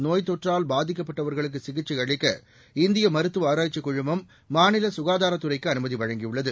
நோய்த் தொற்றால் பாதிக்கப்பட்டவர்களுக்கு சிகிச்சை அளிக்க இந்திய மருத்துவ ஆராய்ச்சிக் குழுமம் மாநில சுகாதாரத் துறைக்கு அனுமதி வழங்கியுள்ளது